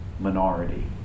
Minority